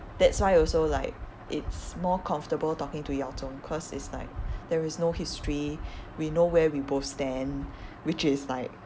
that's why also like it's more comfortable talking to yao zhong cause it's like there is no like history we know where we both stand which is like